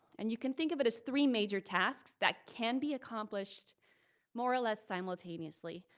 and you can think of it as three major tasks that can be accomplished more or less simultaneously.